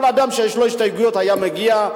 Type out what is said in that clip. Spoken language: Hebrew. כל אדם שיש לו הסתייגויות היה מגיע,